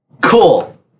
Cool